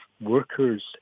workers